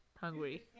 hungry